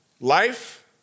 life